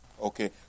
Okay